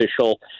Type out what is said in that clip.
official